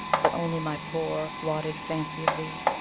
but only my poor, blotted fancy of thee?